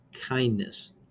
kindness